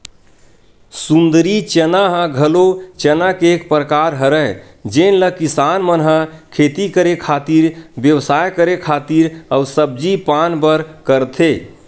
सुंदरी चना ह घलो चना के एक परकार हरय जेन ल किसान मन ह खेती करे खातिर, बेवसाय करे खातिर अउ सब्जी पान बर करथे